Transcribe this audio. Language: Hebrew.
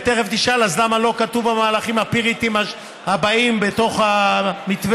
ותכף תשאל: אז למה לא כתובים המהלכים הבאים בתוך המתווה?